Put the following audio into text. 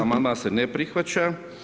Amandman se ne prihvaća.